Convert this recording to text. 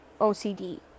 OCD